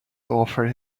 offered